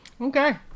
Okay